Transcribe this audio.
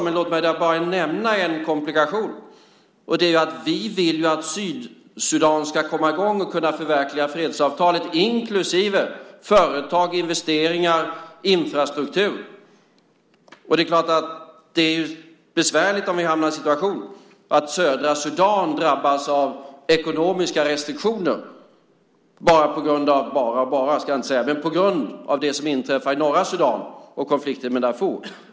Men låt mig där bara nämna en komplikation, och det är att vi vill att södra Sudan ska komma i gång och kunna förverkliga fredsavtalet, inklusive företag, investeringar och infrastruktur. Det är klart att det är besvärligt om vi hamnar i en situation där södra Sudan drabbas av ekonomiska restriktioner på grund av det som inträffar i norra Sudan och konflikten med Darfur.